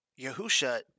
Yahusha